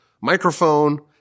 microphone